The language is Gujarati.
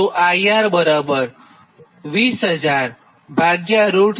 તો IR 20000√3660